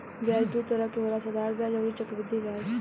ब्याज दू तरह के होला साधारण ब्याज अउरी चक्रवृद्धि ब्याज